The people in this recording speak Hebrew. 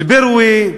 אל-בירווה: